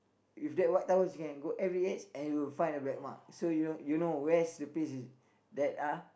with that white towels you can go every edge and you will find black mark so you don't you know where's the place that are